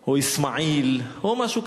או אסמאעיל או משהו כזה.